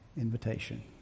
invitation